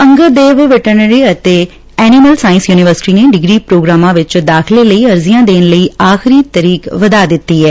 Angad Dev veterinary ਅਤੇ animal science university ਨੇ degree ਪ੍ਰੋਗਰਾਮਾਂ ਵਿੱਚ ਦਾਖਲੇ ਲਈ ਅਰਜੀਆਂ ਦੇਣ ਲਈ ਆਖਰੀ ਤਰੀਕ ਵਧਾ ਦਿੱਤੀ ਐ